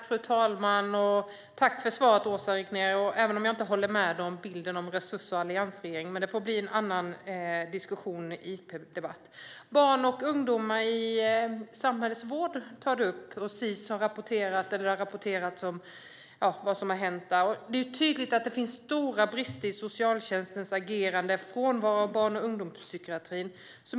Fru talman! Jag tackar Åsa Regnér för svaret. Jag håller inte med om bilden av resurserna under alliansregeringen, men det får bli en annan diskussion i en interpellationsdebatt. Ministern tar upp frågan om barn och ungdomar i samhällets vård. Angående Sis har det rapporterats vad som har hänt där. Det är tydligt att det finns stora brister i socialtjänstens agerande med en frånvaro av barn och ungdomspsykiatri.